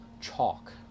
chalk